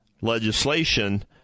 legislation